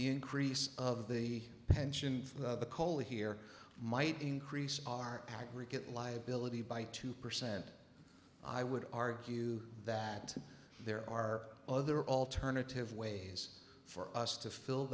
the increase of the pension cola here might increase our aggregate liability by two percent i would argue that there are other alternative ways for us to fill